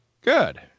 Good